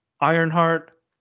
Ironheart